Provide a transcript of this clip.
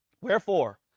Wherefore